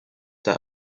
der